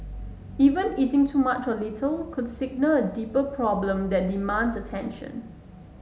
even eating too much or little could signal a deeper problem that demands attention